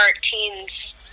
teens